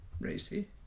racy